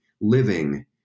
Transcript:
living